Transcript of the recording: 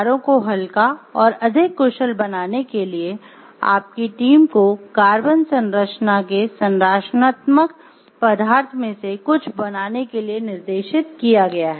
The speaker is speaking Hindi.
कारों को हल्का और अधिक कुशल बनाने के लिए आपकी टीम को कार्बन संरचना के संरचनात्मक पदार्थ में से कुछ बनाने के लिए निर्देशित किया गया है